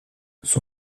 son